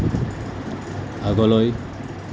আগলৈ